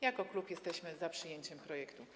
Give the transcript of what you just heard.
Jako klub jesteśmy za przyjęciem projektu.